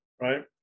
right